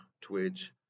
Twitch